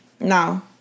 no